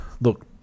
look